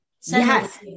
yes